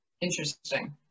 interesting